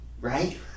Right